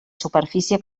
superfície